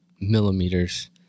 millimeters